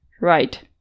Right